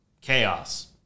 chaos